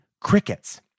crickets